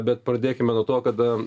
bet pradėkime nuo to kada